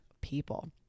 people